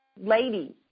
Ladies